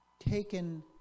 taken